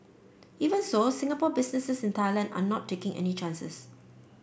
even so Singapore businesses in Thailand are not taking any chances